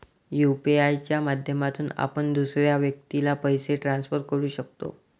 UPI च्या माध्यमातून आपण दुसऱ्या व्यक्तीला पैसे ट्रान्सफर करू शकतो